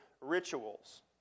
rituals